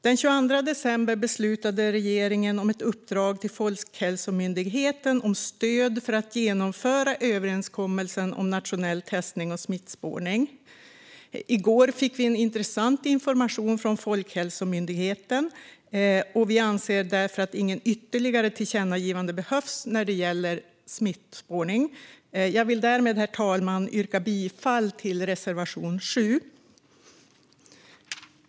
Den 22 december beslutade regeringen om ett uppdrag till Folkhälsomyndigheten om stöd för att genomföra överenskommelsen om nationell testning och smittspårning. I går fick vi intressant information från Folkhälsomyndigheten, och vi anser därför att inget ytterligare tillkännagivande behövs när det gäller smittspårning. Jag vill därmed, herr talman, yrka bifall till reservation 7.